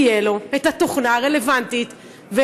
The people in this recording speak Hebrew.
תהיה לו התוכנה הרלוונטית,